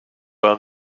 war